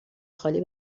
خالی